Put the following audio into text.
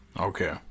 Okay